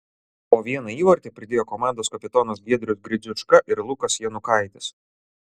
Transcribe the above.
po vieną įvartį pridėjo komandos kapitonas giedrius gridziuška ir lukas janukaitis